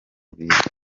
bishwe